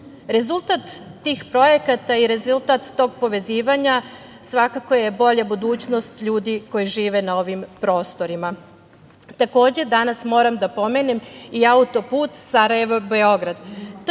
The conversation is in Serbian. region. Rezultat tih projekata i rezultat tog povezivanja svakako je bolja budućnost ljudi koji žive na ovim prostorima. Takođe, danas moram da pomenem i autoput Sarajevo–Beograd.